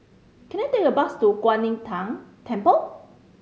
can I take a bus to Kwan Im Tng Temple